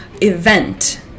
event